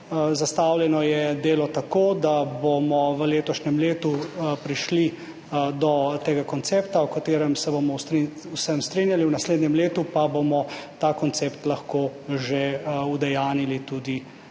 Zastavljeno je delo tako, da bomo v letošnjem letu prišli do tega koncepta, o katerem se bomo v vsem strinjali, v naslednjem letu pa bomo ta koncept lahko že udejanjili tudi v